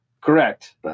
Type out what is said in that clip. Correct